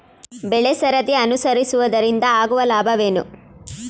ಬೆಳೆಸರದಿ ಅನುಸರಿಸುವುದರಿಂದ ಆಗುವ ಲಾಭವೇನು?